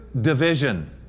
division